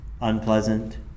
Unpleasant